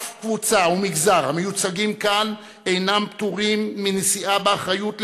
שום קבוצה ומגזר המיוצגים כאן אינם פטורים מנשיאה באחריות לגורלה,